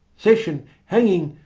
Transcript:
session, hanging,